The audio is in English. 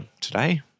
today